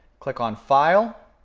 click on file.